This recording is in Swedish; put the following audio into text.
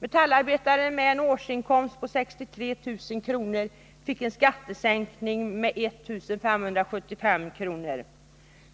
Metallarbetaren med en årsinkomst på 63 000 kr. fick en skattesänkning med 1575 kr.